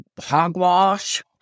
hogwash